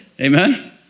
amen